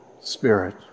spirit